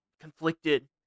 conflicted